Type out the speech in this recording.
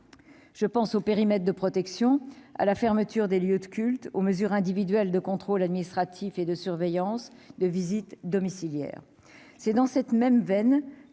je pense au périmètre de protection à la fermeture des lieux de culte aux mesures individuelles de contrôle administratif et de surveillance de visites domiciliaires c'est dans cette même veine que s'est